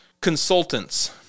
consultants